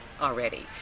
already